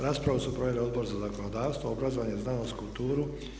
Raspravu su proveli Odbor za zakonodavstvo, obrazovanje, znanost, kulturu.